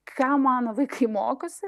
ką mano vaikai mokosi